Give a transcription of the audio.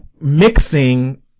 mixing